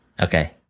Okay